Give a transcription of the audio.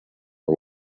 are